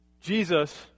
Jesus